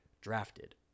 drafted